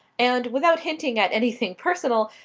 and, without hinting at anything personal,